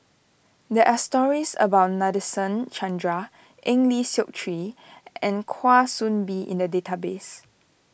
there are stories about Nadasen Chandra Eng Lee Seok Chee and Kwa Soon Bee in the database